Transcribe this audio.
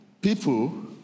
people